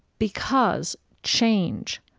because change,